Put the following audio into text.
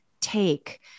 take